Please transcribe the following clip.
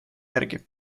järgi